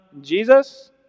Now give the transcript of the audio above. Jesus